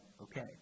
okay